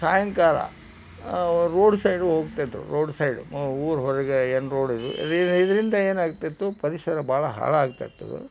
ಸಾಯಂಕಾಲ road side ಹೋಗ್ತಾ ಇದ್ದರು ರೋಡು ಸೈಡು ಊರ ಹೊರಗೆ ಏನು ರೋಡಿದೆ ರಿ ಇದರಿಂದ ಏನಾಗ್ತಿತ್ತು ಪರಿಸರ ಭಾಳ ಹಾಳಾಗ್ತಾ ಇತ್ತು